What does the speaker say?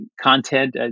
content